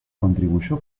contribuyó